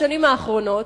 בשנים האחרונות,